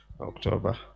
October